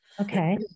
Okay